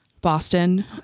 Boston